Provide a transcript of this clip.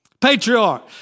Patriarch